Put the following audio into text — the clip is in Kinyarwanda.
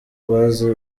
bazi